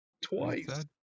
Twice